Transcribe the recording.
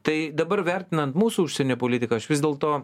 tai dabar vertinant mūsų užsienio politiką aš vis dėlto